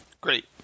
Great